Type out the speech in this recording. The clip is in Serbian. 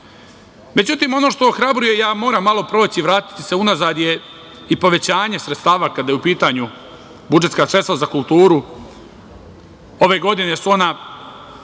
ono što ohrabruje, ja moram malo proći i vratiti se unazad, je i povećanje sredstava, kada su u pitanju budžetska sredstva za kulturu. Ove godine su ona,